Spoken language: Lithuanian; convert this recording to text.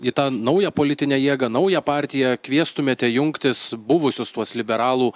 į tą naują politinę jėgą naują partiją kviestumėte jungtis buvusius tuos liberalų